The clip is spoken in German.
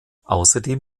außerdem